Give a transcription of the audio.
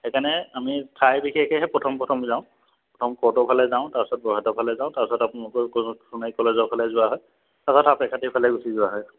সেইকাৰণে আমি ঠাই বিশেষেহে প্ৰথম প্ৰথম যাওঁ প্ৰথম কৰ্টৰ ফাল যাওঁ তাৰপিছত বৰহাটৰ ফালে যাওঁ তাৰপাছত আপোনালোকৰ সোণাৰী কলেজৰ ফালে যোৱা হয় তাৰ পাছত সাপেখাতিৰ ফালে গুচি যোৱা হয়